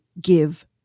give